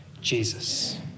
Jesus